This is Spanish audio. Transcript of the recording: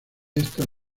estas